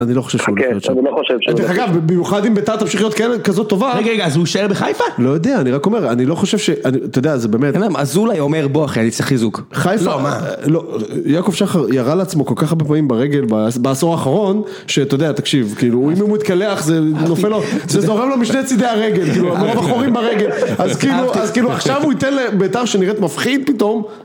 אני לא חושב שהוא לא חייבת שם. אני לא חושב שהוא לא חייבת שם. אגב, במיוחד אם ביתר תמשיך להיות כזאת טובה. רגע, רגע, אז הוא ישאר בחיפה? לא יודע, אני רק אומר, אני לא חושב ש... אתה יודע, זה באמת... אין למה, אם עזול היה אומר, בוא אחי, אני צריך חיזוק. חיפה? לא. יעקב שחר ירה לעצמו כל כך הרבה פעמים ברגל בעשור האחרון, שאתה יודע, תקשיב, כאילו, אם הוא מתקלח, זה נופל לו... זה דורם לו משני צידי הרגל. הרבה בחורים ברגל. אז כאילו, עכשיו הוא ייתן לביתר שנראית מפחיד פתאום.